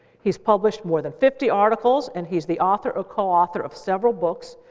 he's published more than fifty articles. and he's the author, co-author of several books,